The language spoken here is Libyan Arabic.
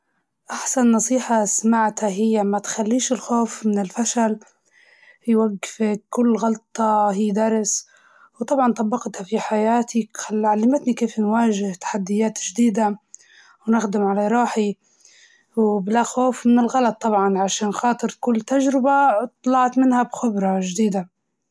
ما تأجلي شغل اليوم لبكرة، نصيحة غيرت نظرتي للحياة، وبديت نكمل في شغلي أول بأول، ونخفف في الضغط على روحي.